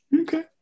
Okay